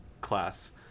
class